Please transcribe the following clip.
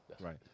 right